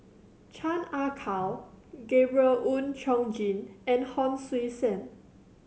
Chan Ah Kow Gabriel Oon Chong Jin and Hon Sui Sen